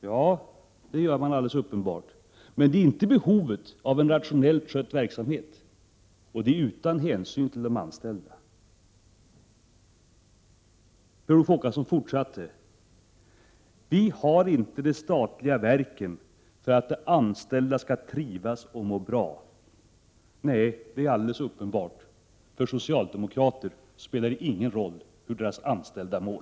Ja, det är alldeles uppenbart, men det handlar inte om behovet av en rationellt skött verksamhet, och utflyttningen sker utan hänsyn till de anställda. Per Olof Håkansson sade också att vi inte har de statliga verken för att de anställda skall trivas och må bra. Nej, det är alldeles uppenbart — för socialdemokrater spelar det ingen roll hur de anställda mår.